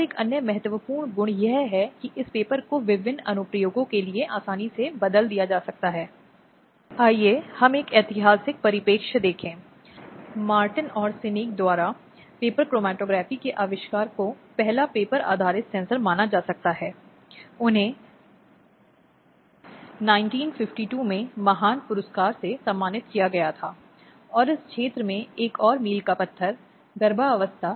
संदर्भ समय को देखें 0248 इसके अतिरिक्त एक मुआवजा आदेश भी हो सकता है जो महिला द्वारा माँगा जा सकता है और इस तरह का मुआवजा मानसिक और शारीरिक चोटों के लिए है जिसे महिला द्वारा निर्वाह किया गया है